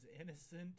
innocent